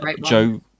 Joe